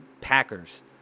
Packers